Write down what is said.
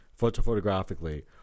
photophotographically